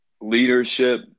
leadership